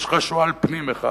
יש לך שועל-פנים אחד,